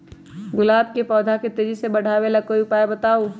गुलाब के पौधा के तेजी से बढ़ावे ला कोई उपाये बताउ?